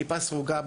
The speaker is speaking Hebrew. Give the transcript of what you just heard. כיפה סרוגה,